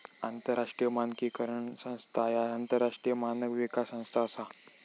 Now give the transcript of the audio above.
आंतरराष्ट्रीय मानकीकरण संस्था ह्या आंतरराष्ट्रीय मानक विकास संस्था असा